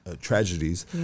tragedies